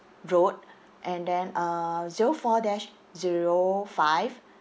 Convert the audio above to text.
road and then uh zero four dash zero five